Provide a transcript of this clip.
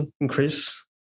increase